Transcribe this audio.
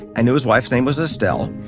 i knew his wife's name was estelle,